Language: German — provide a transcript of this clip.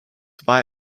war